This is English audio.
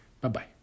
Bye-bye